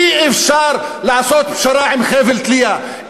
אי-אפשר לעשות פשרה עם חבל תלייה,